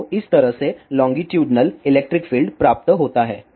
तो इस तरह से लोंगीटुडनल इलेक्ट्रिक फील्ड प्राप्त होता है